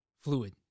fluid